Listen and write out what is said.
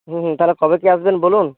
হুম হুম তাহলে কবে কী আসবেন বলুন